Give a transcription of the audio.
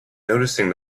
noticing